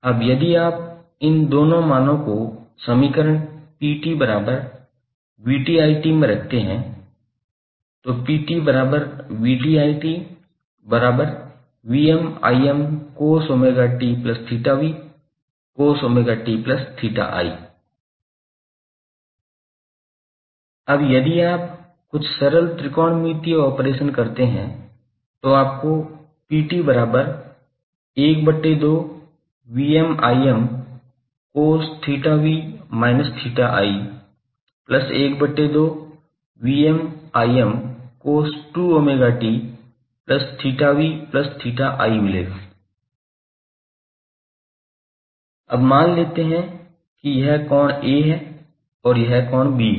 अब यदि आप इन मानों को समीकरण 𝑝𝑡𝑣𝑡𝑖𝑡cos𝜔𝑡𝜃𝑣cos𝜔𝑡𝜃𝑖 में रखते हैं अब यदि आप कुछ सरल त्रिकोणमितीय ऑपरेशन करते हैं तो आपको 𝑝𝑡12cos𝜃𝑣−𝜃𝑖12cos2𝜔𝑡𝜃𝑣𝜃𝑖 मिलेगा अब मान लेते हैं कि यह कोण A है और यह कोण B है